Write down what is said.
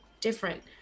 different